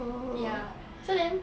ya so then